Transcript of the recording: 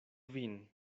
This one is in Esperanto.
vin